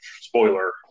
spoiler